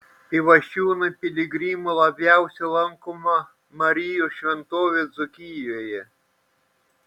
pivašiūnai piligrimų labiausiai lankoma marijos šventovė dzūkijoje